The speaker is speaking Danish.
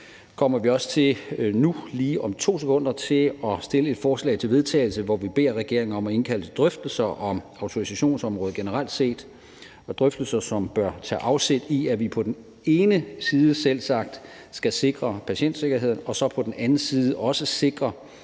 kommer vi også til lige om 2 sekunder at stille et forslag til vedtagelse, hvor vi beder regeringen om at indkalde til drøftelser om autorisationsområdet generelt set. Det er drøftelser, som bør tage afsæt i, at vi på den ene side selvsagt skal sikre patientsikkerheden og på den anden side også sikre,